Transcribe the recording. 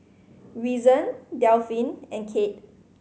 Reason Delphin and Kade